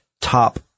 top